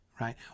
right